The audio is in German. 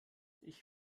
ich